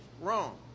Wrong